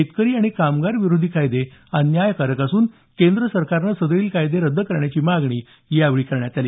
शेतकरी आणि कामगार विरोधी कायदे अन्यायकारक असून केंद्र सरकारने सदरील कायदे रद्द करण्याची मागणी यावेळी करण्यात आली